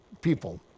people